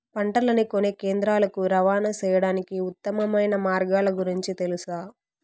పంటలని కొనే కేంద్రాలు కు రవాణా సేయడానికి ఉత్తమమైన మార్గాల గురించి తెలుసా?